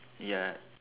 ya